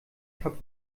kap